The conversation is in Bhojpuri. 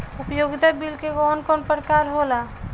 उपयोगिता बिल के कवन कवन प्रकार होला?